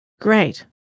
Great